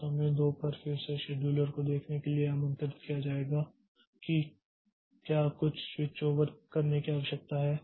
तो समय 2 पर फिर से शेड्यूलर को देखने के लिए आमंत्रित किया जाएगा कि क्या इसे कुछ स्विचओवर करने की आवश्यकता है